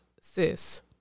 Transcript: sis